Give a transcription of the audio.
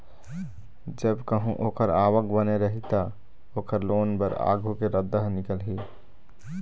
जब कहूँ ओखर आवक बने रही त, ओखर लोन बर आघु के रद्दा ह निकलही